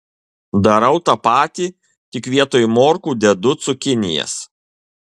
darau tą patį tik vietoj morkų dedu cukinijas